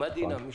מה דינם?